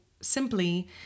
simply